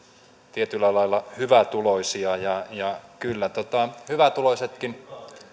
tietyllä lailla demonisoidaan hyvätuloisia kyllä hyvätuloisetkin